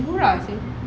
murah seh